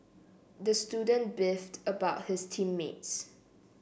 the student beefed about his team mates